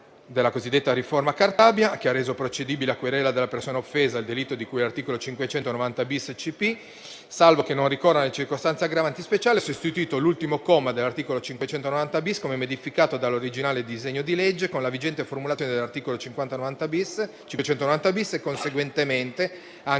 della cosiddetta riforma Cartabia, che ha reso procedibile a querela della persona offesa il delitto di cui all'articolo 590-*bis* del codice penale, salvo che non ricorrano le circostanze aggravanti speciali, ha sostituito l'ultimo comma dell'articolo 590-*bis*, come modificato dall'originale disegno di legge, con la vigente formulazione dell'articolo 590-*bis* e, conseguentemente, ha anche